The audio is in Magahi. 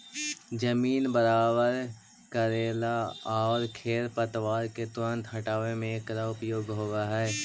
जमीन बराबर कऽरेला आउ खेर पतवार के तुरंत हँटावे में एकरा उपयोग होवऽ हई